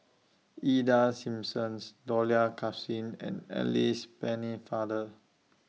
Ida Simmons Dollah Kassim and Alice Pennefather